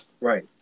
Right